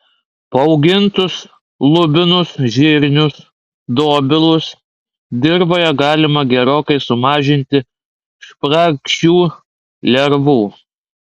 paauginus lubinus žirnius dobilus dirvoje galima gerokai sumažinti spragšių lervų